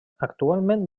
actualment